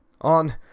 on